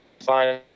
Fine